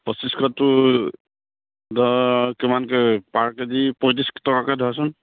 পঁচিছশ তোৰ ধৰ কিমানকে পাৰ কেজি পঁয়ত্ৰিছ টকাকে ধৰচোন